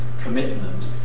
commitment